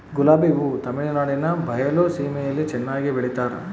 ಗುಲಾಬಿ ಹೂ ತಮಿಳುನಾಡಿನ ಬಯಲು ಸೀಮೆಯಲ್ಲಿ ಚೆನ್ನಾಗಿ ಬೆಳಿತಾರ